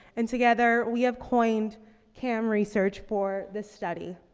and together we have coined camm research for this study.